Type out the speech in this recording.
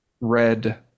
red